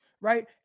right